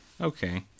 okay